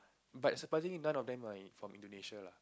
but surprisingly none of them are in from Indonesia lah